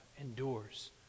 endures